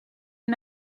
and